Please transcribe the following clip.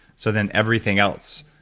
so then everything else,